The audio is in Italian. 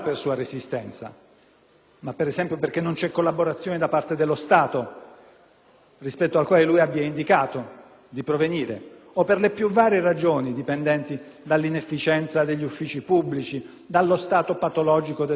Stato dal quale lui abbia indicato di provenire o per le più varie ragioni dipendenti dall'inefficienza degli uffici pubblici o dallo stato patologico del soggetto che non è in grado di chiarire la sua posizione, può essere